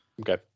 Okay